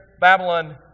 babylon